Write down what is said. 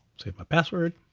save my password.